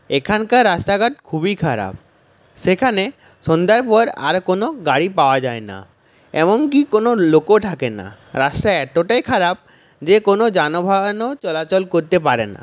এখানকার রাস্তাঘাট খুবই খারাপ সেখানে সন্ধ্যার পর আর কোনো গাড়ি পাওয়া যায় না এমনকি কোনো লোকও থাকে না রাস্তা এতটাই খারাপ যে কোনো যানবাহনও চলাচল করতে পারে না